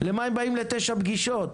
למה הם באים לתשע פגישות?